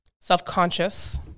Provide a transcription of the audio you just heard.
self-conscious